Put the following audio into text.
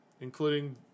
including